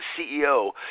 CEO